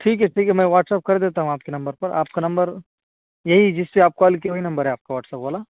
ٹھیک ہے ٹھیک ہے میں واٹساپ کر دیتا ہوں آپ کے نمبر پر آپ کا نمبر یہی جس سے آپ کال کیے ہیں وہی نمبر ہے آپ کا واٹساپ والا